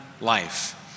life